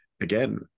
again